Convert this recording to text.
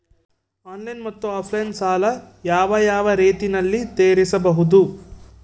Online ಮತ್ತೆ offline ಸಾಲ ಯಾವ ಯಾವ ರೇತಿನಲ್ಲಿ ತೇರಿಸಬಹುದು?